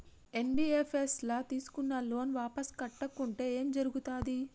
NBFS ల తీస్కున్న loan వాపస్ కట్టకుంటే ఏం జర్గుతది?